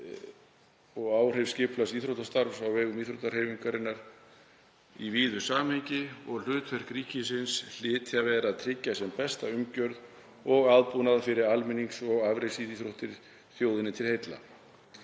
og áhrif skipulagðs íþróttastarfs á vegum íþróttahreyfingarinnar í víðu samhengi. Hlutverk ríkisins hlyti að vera að tryggja sem besta umgjörð og aðbúnað fyrir almennings- og afreksíþróttir þjóðinni til heilla.